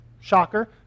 shocker